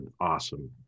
awesome